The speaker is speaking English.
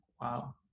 wow